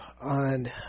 on